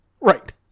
Right